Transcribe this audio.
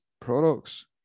products